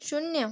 शून्य